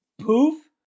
poof